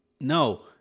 No